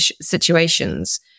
situations